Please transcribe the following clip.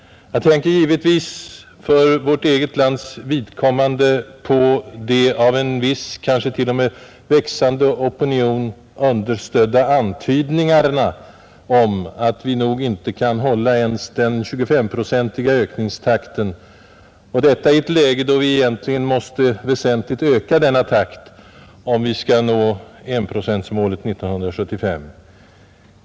Jag tänker givetvis för vårt eget lands vidkommande på de av en viss, kanske t.o.m. växande opinion understödda antydningarna om att vi nog inte kan hålla ens den 2S-procentiga ökningstakten, och detta i ett läge då vi måste väsentligt öka denna takt om vi skall nå enprocentsmålet 1975.